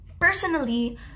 personally